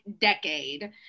decade